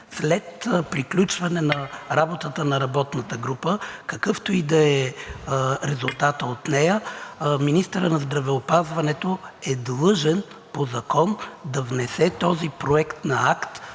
след приключване работата на работната група, какъвто и да е резултатът от нея, министърът на здравеопазването е длъжен по закон да внесе този проект на акт